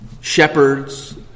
shepherds